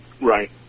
Right